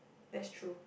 that's true